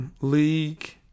League